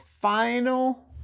final